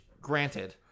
granted